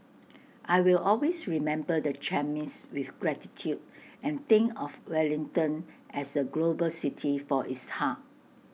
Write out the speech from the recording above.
I will always remember the chemist with gratitude and think of Wellington as A global city for its heart